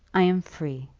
i am free.